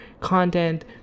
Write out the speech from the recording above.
content